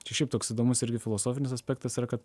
čia šiaip toks įdomus irgi filosofinis aspektas kad